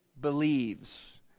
believes